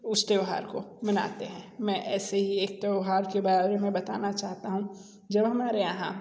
उस त्यौहार को मनाते हैं मैं ऐसे ही एक त्यौहार के बारे में बताना चाहता हूँ जब हमारे यहाँ